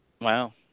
wow